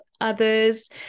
others